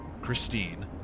Christine